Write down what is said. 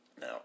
Now